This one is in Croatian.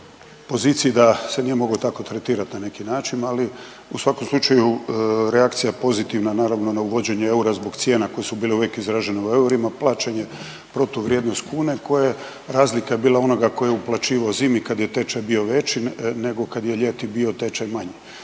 poziciji da se nije mogao tako tretirat na neki način, ali u svakom slučaju reakcija pozitivna naravno na uvođenje eura zbog cijena koje su bile uvijek izrađene u eurima plaćanje protuvrijednost kune koja razlika je bila onoga tko je uplaćivao zimi kad je tečaj bio veći nego kad je ljeti bio tečaj manji.